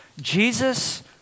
Jesus